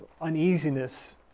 uneasiness